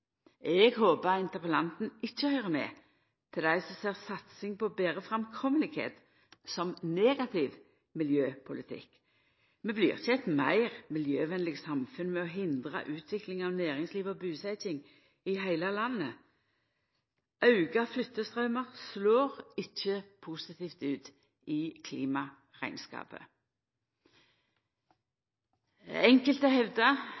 betre framkomelegheit som negativ miljøpolitikk. Vi blir ikkje eit meir miljøvennleg samfunn ved å hindra utvikling av næringsliv og busetjing i heile landet. Auka flyttestraumar slår ikkje positivt ut i klimarekneskapen. Enkelte hevdar at satsing på veg og ferjeavløysingsprosjekt er miljøfiendtleg politikk. Det skal svært snever rekneskapsføring til for å